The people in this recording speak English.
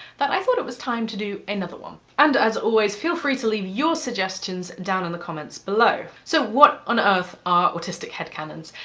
that i thought it was time to do another one. and as always feel free to leave your suggestions down in the comments below. so what on earth are artistic headcanons?